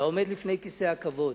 אתה עומד לפני כיסא הכבוד,